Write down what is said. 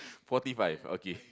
forty five okay